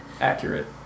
Accurate